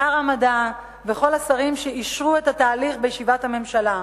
לשר המדע ולכל השרים שאישרו את התהליך בישיבת הממשלה.